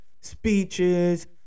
speeches